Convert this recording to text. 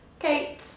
Kate